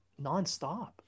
nonstop